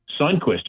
Sundquist